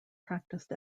practiced